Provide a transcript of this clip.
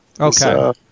okay